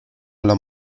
alla